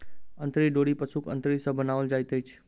अंतरी डोरी पशुक अंतरी सॅ बनाओल जाइत अछि